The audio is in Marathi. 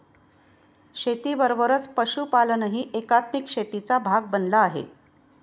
शेतीबरोबरच पशुपालनही एकात्मिक शेतीचा भाग बनला आहे